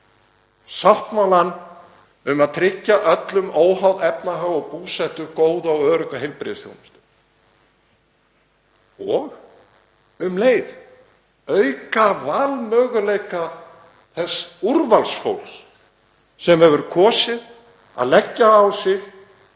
sáttmála um að tryggja öllum, óháð efnahag og búsetu, góða og örugga heilbrigðisþjónustu og um leið auka valmöguleika þess úrvalsfólks sem hefur kosið að leggja á sig,